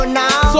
now